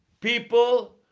People